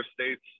State's